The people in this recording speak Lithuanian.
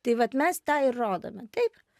tai vat mes tą ir rodome taip